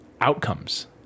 Outcomes